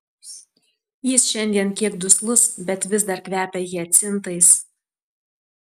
jis šiandien kiek duslus bet vis dar kvepia hiacintais